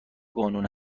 قانون